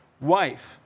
wife